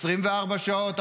24 שעות,